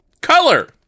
Color